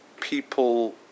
people